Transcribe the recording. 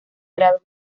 grado